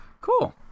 Cool